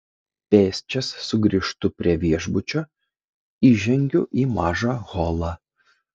pėsčias sugrįžtu prie viešbučio įžengiu į mažą holą